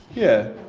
yeah.